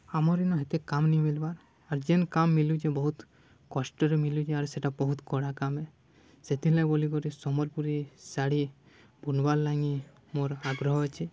ଆମର୍ ଇନ ହେତେ କାମ୍ ନେଇ ମିଲ୍ବାର୍ ଆର୍ ଯେନ୍ କାମ୍ ମିଲୁଚେ ବହୁତ୍ କଷ୍ଟରେ ମିଲୁଚେ ଆର୍ ସେଟା ବହୁତ୍ କଡ଼ା କାମ୍ ଏ ସେଥିର୍ଲାଗି ବଲିକରି ସମ୍ବଲପୁରୀ ଶାଢ଼ୀ ବୁନ୍ବାର୍ ଲାଗି ମୋର୍ ଆଗ୍ରହ ଅଛେ